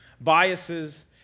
biases